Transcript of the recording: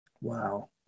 Wow